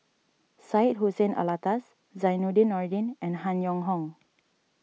Syed Hussein Alatas Zainudin Nordin and Han Yong Hong